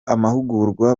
amahugurwa